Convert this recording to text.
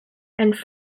and